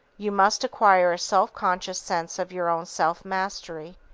you must acquire a self-conscious sense of your own self-mastery.